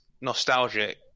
nostalgic